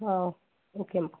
okay అమ్మా